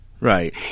Right